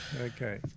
Okay